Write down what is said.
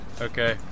Okay